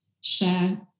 share